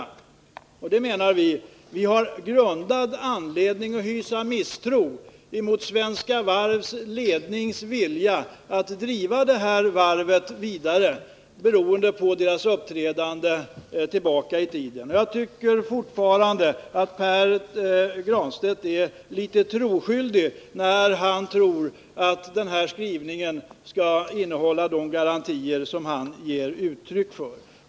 På grund av dess tidigare uppträdande anser vi oss ha grundad anledning att hysa misstro mot Svenska Varvs lednings vilja att driva det här varvet vidare. Jag tycker fortfarande att Pär Granstedt är litet troskyldig, då han menar att den här skrivningen innehåller de garantier som han talar om.